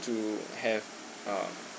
to have err